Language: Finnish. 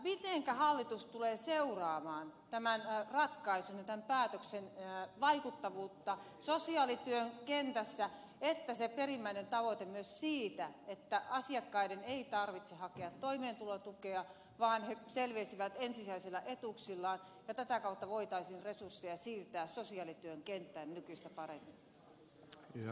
mitenkä hallitus tulee seuraamaan tämän ratkaisun ja tämän päätöksen vaikuttavuutta sosiaalityön kentässä että toteutuu se perimmäinen tavoite myös siitä että asiakkaiden ei tarvitse hakea toimeentulotukea vaan he selviäisivät ensisijaisilla etuuksillaan ja tätä kautta voitaisiin resursseja siirtää sosiaalityön kenttään nykyistä paremmin